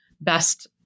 best